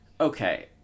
Okay